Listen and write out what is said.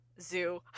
Zoo